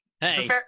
Hey